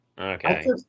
Okay